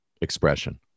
expression